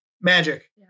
magic